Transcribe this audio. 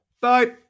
Bye